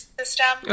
system